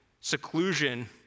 seclusion